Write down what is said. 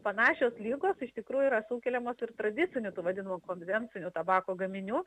panašios ligos iš tikrųjų yra sukeliamos ir tradiciniu tų vadinamu konvenciniu tabako gaminių